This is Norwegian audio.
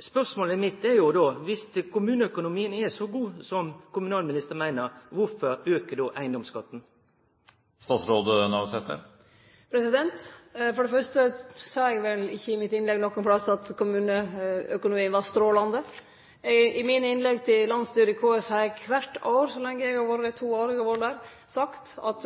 Spørsmålet mitt er då: Viss kommuneøkonomien er så god som kommunalministeren meiner, korfor aukar då eigedomsskatten? For det fyrste sa eg vel ikkje i innlegget mitt nokon plass at kommuneøkonomien var strålande. I mine innlegg i landsstyret i KS har eg kvart år i dei to åra eg har vore der, sagt at